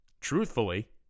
truthfully